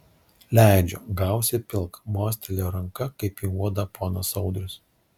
leidžiu gausi pilk mostelėjo ranka kaip į uodą ponas audrius